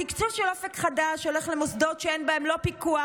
התקצוב של אופק חדש הולך למוסדות שאין בהם פיקוח,